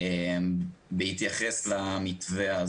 בהתייחס למתווה,